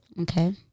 Okay